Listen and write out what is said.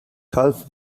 half